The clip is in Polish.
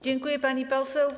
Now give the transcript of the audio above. Dziękuję, pani poseł.